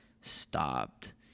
stopped